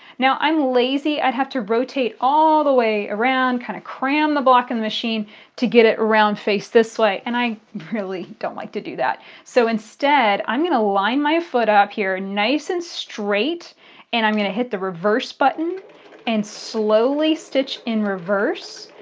now, i'm lazy. i'd have to rotate all the way around, kind of cram the block in the machine to get it around and face this way, and i really don't like to do that. so instead i'm going to line my foot up here nice and straight and i'm going to hit the reverse button and slowly stitch in reverse.